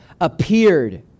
appeared